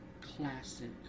classic